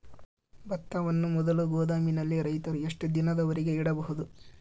ಭತ್ತವನ್ನು ಮೊದಲು ಗೋದಾಮಿನಲ್ಲಿ ರೈತರು ಎಷ್ಟು ದಿನದವರೆಗೆ ಇಡಬಹುದು?